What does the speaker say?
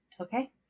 Okay